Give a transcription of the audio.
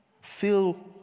feel